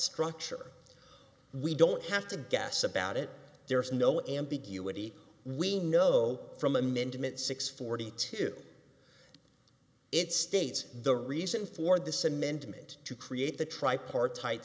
structure we don't have to guess about it there is no ambiguity we know from amendment six forty two it states the reason for this amendment to create the t